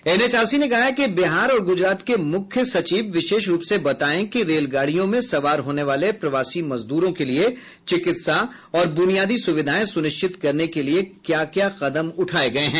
NHRC ने कहा है कि बिहार और गुजरात के मुख्य सचिव विशेष रूप से बताएं कि रेलगाड़ियों में सवार होने वाले प्रवासी मजद्रों के लिए चिकित्सा और बुनियादी सुविधाएं सुनिश्चित करने के लिए क्या क्या कदम उठाए गए हैं